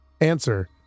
answer